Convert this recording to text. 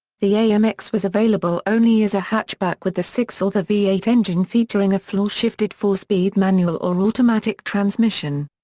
the amx was available only as a hatchback with the six or the v eight engine featuring a floor shifted four-speed manual or automatic transmission.